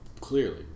clearly